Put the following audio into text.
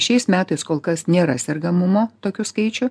šiais metais kol kas nėra sergamumo tokių skaičių